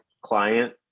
client